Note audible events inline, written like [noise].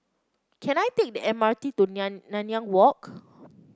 can I take the M R T to [unintelligible] Nanyang Walk